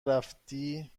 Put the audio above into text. رفتی